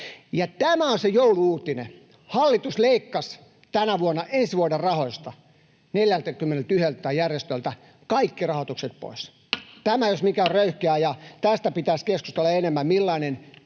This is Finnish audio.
Tämä on se joulu-uutinen: hallitus leikkasi tänä vuonna ensi vuoden rahoista 41 järjestöltä kaikki rahoitukset pois. Tämä jos mikä on röyhkeää, ja tästä pitäisi keskustella enemmän, millainen